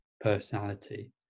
personality